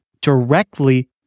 directly